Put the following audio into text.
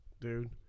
dude